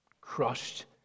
crushed